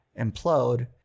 implode